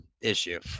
issue